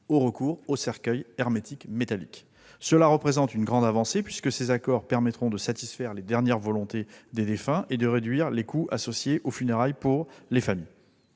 à recourir à un cercueil hermétique métallique. Cela représente une grande avancée, puisque ces accords permettront de satisfaire les dernières volontés des défunts et, pour les familles, de réduire les coûts associés aux funérailles. Par ailleurs,